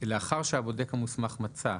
לאחר שהבודק המוסמך מצא".